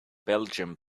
belgium